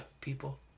people